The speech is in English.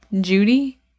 Judy